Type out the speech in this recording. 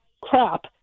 crap